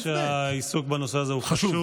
אין ספק שהעיסוק בנושא הזה הוא חשוב,